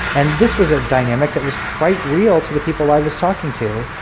and this was a dynamic that was quite real to the people i was talking to.